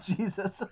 Jesus